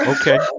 Okay